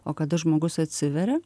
o kada žmogus atsiveria